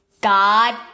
God